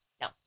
no